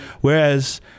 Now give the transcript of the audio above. whereas